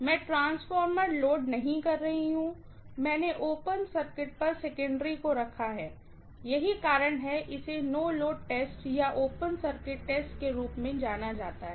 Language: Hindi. मैं ट्रांसफार्मर लोड नहीं कर रही हूँ मैंने ओपन सर्किट पर सेकेंडरी रखा है यही कारण है कि इसे नो लोड टेस्ट या ओपन सर्किट टेस्ट के रूप में जाना जाता है